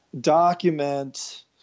document